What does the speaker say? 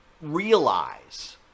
realize